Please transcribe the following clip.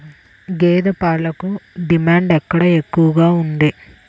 గేదె పాలకు డిమాండ్ ఎక్కడ ఎక్కువగా ఉంది?